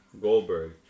Goldberg